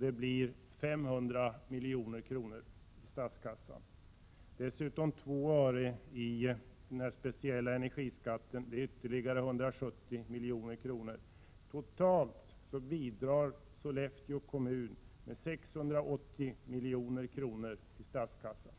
Det blir 500 milj.kr. till statskassan. Dessutom tillkommer 2 öre per kWh i form av den speciella energiskatten, vilket innebär ytterligare 170 milj.kr. Totalt bidrar Sollefteå kommun med 680 milj.kr. till statskassan.